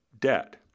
debt